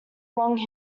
long